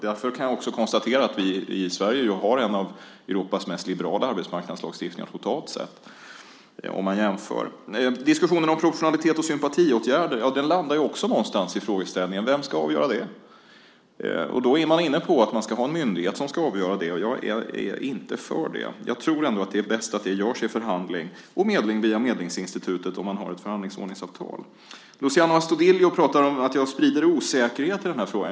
Därför kan jag också konstatera att vi i Sverige har en av Europas mest liberala arbetsmarknadslagstiftningar totalt sett. Diskussionen om proportionalitet och sympatiåtgärder landar också någonstans i frågeställningen: Vem ska avgöra det? Då är man inne på att vi ska ha en myndighet som gör det, och jag är inte för det. Jag tror ändå att det är bäst att detta görs i förhandling - och med medling via Medlingsinstitutet om man har ett förhandlingsordningsavtal. Luciano Astudillo säger att jag sprider osäkerhet i den här frågan.